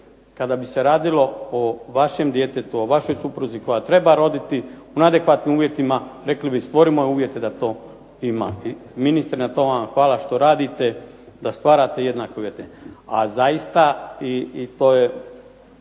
Kada bi se radilo o vašem djetetu o vašoj supruzi koja treba roditi u neadekvatnim uvjetima, rekli bi stvorimo uvjete da to ima. I ministre na tome vam hvala što radite da stvarate jednake uvjete. A zaista i to je